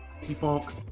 T-Funk